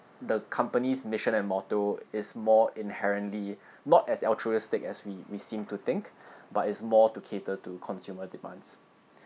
the company's mission and motto is more inherently not as altruistic as we we seem to think but it's more to cater to consumer demands